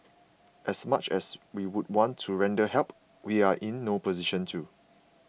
as much as we would want to render help we are in no position to